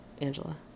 Angela